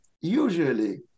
usually